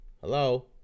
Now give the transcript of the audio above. Hello